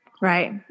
Right